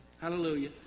Hallelujah